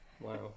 wow